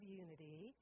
unity